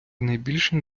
найбільшим